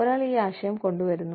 ഒരാൾ ഈ ആശയം കൊണ്ടുവരുന്നു